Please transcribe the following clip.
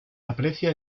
aprecia